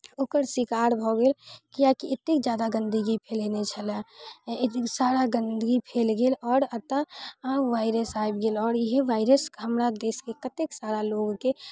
ओकर शिकार भऽ गेल किएक कि एतेक जादा गन्दगी फैलेने छलै सारा गन्दगी फैल गेल आओर अतऽ वायरस आबि गेल आओर इएहे वायरस हमरा देशके कतेक सारा लोगके